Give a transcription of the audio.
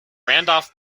randolph